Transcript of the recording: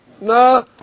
No